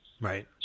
Right